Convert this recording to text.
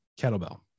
kettlebell